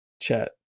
chat